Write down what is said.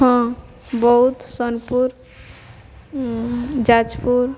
ହଁ ବୌଦ୍ଧ ସୋନପୁର ଯାଜପୁର